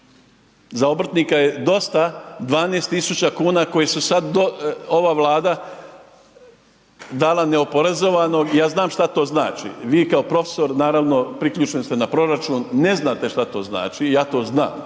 Za obrtnika je dosta 12 000 kuna koje su sada ova Vlada dala neoporezovano, ja znam šta to znači. Vi kao profesor naravno priključeni ste na proračun, ne znate šta to značim, ja to znam.